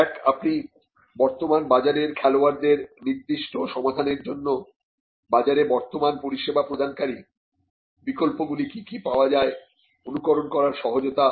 এক আপনি বর্তমান বাজারের খেলোয়াড়দের নির্দিষ্ট সমাধানের জন্য বাজারে বর্তমান পরিষেবা প্রদানকারী বিকল্পগুলি কি কি পাওয়া যায় অনুকরণ করার সহজতা